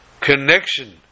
connection